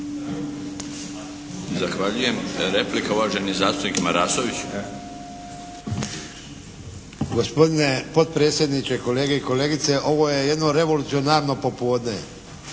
Zahvaljujem. Replika uvaženi zastupnik Marasović. **Marasović, Jakša (HNS)** Gospodine potpredsjedniče, kolege i kolegice! Ovo je jedno revolucionarno popodne.